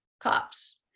cops